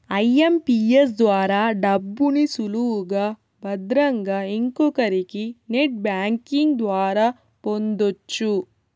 IMPS ద్వారా డబ్బుని సులువుగా భద్రంగా ఇంకొకరికి నెట్ బ్యాంకింగ్ ద్వారా పొందొచ్చు